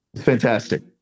Fantastic